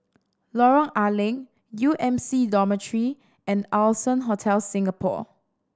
Lorong A Leng U M C Dormitory and Allson Hotel Singapore